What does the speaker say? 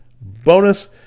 bonus